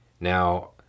Now